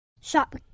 Shop